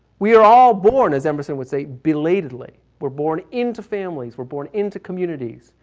we are all born, as emerson would say, belatedly. we're born into families. we're born into communities.